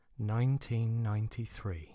1993